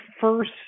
first